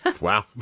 Wow